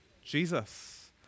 Jesus